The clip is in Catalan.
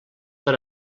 per